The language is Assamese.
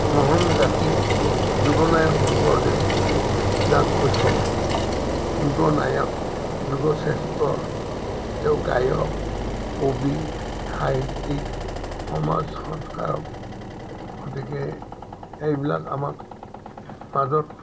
মহান জাতি যোগনায়ক শংকৰদেৱ যাক কৈছে যোগনায়ক যোগশ্ৰেষ্ঠ তেওঁ গায়ক কবি সাহিত্যিক সমাজ সংস্কাৰক গতিকে এইবিলাক আমাক মাজত